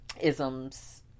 isms